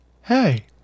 Hey